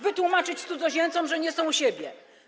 Wytłumaczyć cudzoziemcom, że nie są u siebie.